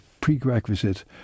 prerequisite